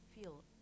feel